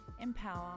empower